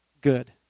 good